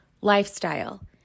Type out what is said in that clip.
lifestyle